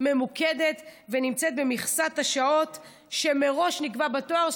ממוקדת ונמצאת במכסת השעות שמראש נקבעה בתואר,